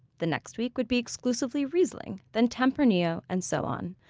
the next week would be exclusively riesling, then tempranillo, and so on.